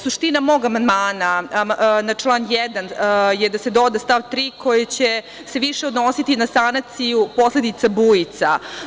Suština mog amandmana na član 1. je da se doda stav 3. koji će se više odnositi na sanaciju posledica bujica.